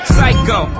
Psycho